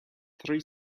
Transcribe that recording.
three